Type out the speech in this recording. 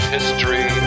History